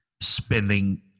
spending